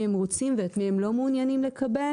הם רוצים ואת מי הם לא מעוניינים לקבל,